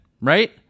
right